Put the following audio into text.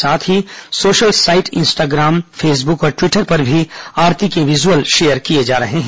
साथ ही social site Instagram Facebook और ट्वीटर पर भी आरती के विजुअल शेयर किए जा रहे हैं